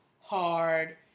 hard